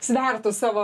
svertus savo